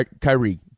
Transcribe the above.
Kyrie